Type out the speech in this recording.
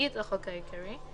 הרביעית לחוק העיקרי,